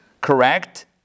correct